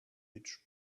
which